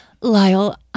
Lyle